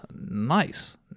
nice